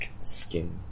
skin